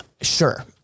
sure